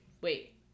wait